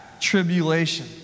tribulation